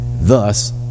Thus